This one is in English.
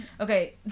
Okay